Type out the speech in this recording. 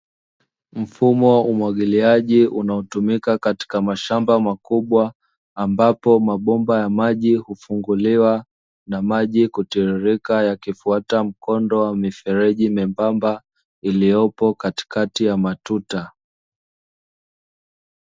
Mfumo umwagiliaji unaotumika katika mashamba makubwa ambapo mabomba ya maji hufunguliwa na maji kutiririka, yakifwata mkondo wa mifereji membamba iliyopo katikati ya matuta.